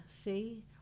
see